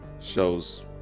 shows